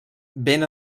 ben